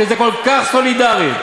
כשזה כל כך סולידרי,